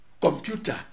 computer